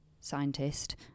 scientist